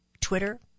Twitter